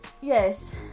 Yes